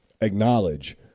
acknowledge